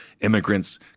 immigrants